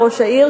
ראש העיר,